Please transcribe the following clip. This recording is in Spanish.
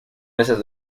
meses